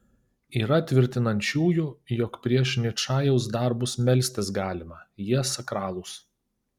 yra tvirtinančiųjų jog prieš ničajaus darbus melstis galima jie sakralūs